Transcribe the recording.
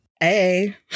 Hey